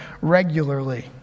regularly